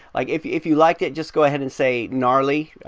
like if if you liked it, just go ahead and say gnarley,